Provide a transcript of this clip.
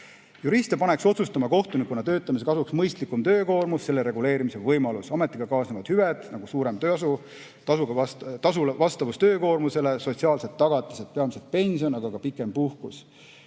Juriste paneks kohtunikuna töötamise kasuks otsustama mõistlikum töökoormus, selle reguleerimise võimalus, ametiga kaasnevad hüved, nagu suurem töötasu, tasu vastavus töökoormusele, sotsiaalsed tagatised, peamiselt pension, aga ka pikem puhkus